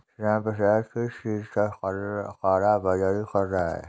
रामप्रसाद किस चीज का काला बाज़ारी कर रहा था